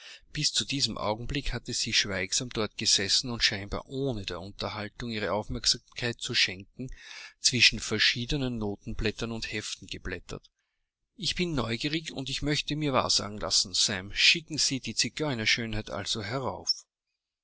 bis zu diesem augenblick hatte sie schweigsam dort gesessen und scheinbar ohne der unterhaltung ihre aufmerksamkeit zu schenken zwischen verschiedenen notenblättern und heften geblättert ich bin neugierig und möchte mir wahrsagen lassen sam schicken sie die zigeunerschönheit also herauf